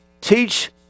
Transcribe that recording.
teach